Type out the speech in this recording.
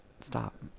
stop